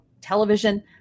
television